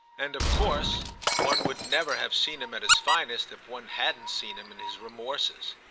and of course one would never have seen him at his finest if one hadn't seen him in his remorses.